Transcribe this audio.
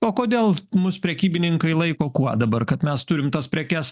o kodėl mus prekybininkai laiko kuo dabar kad mes turim tas prekes